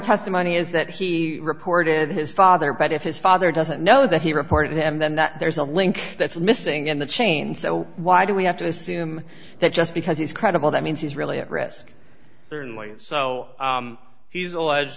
testimony is that she reported his father but if his father doesn't know that he reported them then that there's a link that's missing in the chain so why do we have to assume that just because he's credible that means he's really at risk certainly so he's a